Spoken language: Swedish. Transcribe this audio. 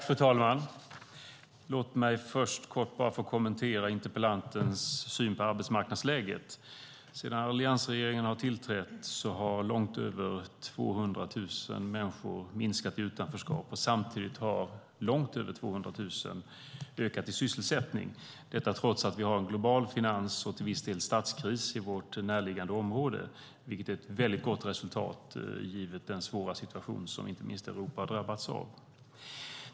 Fru talman! Låt mig först få kommentera interpellantens syn på arbetsmarknadsläget. Sedan alliansregeringen tillträdde finns det långt över 200 000 färre människor i utanförskap, och samtidigt ökar sysselsättningen med långt över 200 000 människor. Detta har skett trots att det råder en global finans och till viss del statskris i vårt närliggande område, vilket är ett gott resultat givet den svåra situation som inte minst Europa drabbats av.